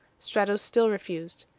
strato still refused.